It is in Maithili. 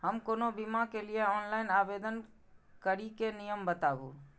हम कोनो बीमा के लिए ऑनलाइन आवेदन करीके नियम बाताबू?